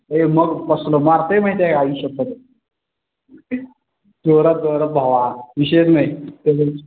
ए मग कसलं मारतो आहे माहिती आहे आई शपथ जोरात जोरात भाव विषयच नाही